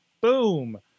Boom